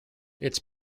its